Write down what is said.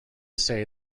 say